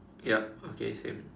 yup okay same